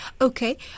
Okay